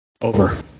Over